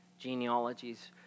genealogies